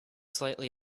slightly